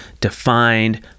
defined